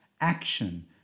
action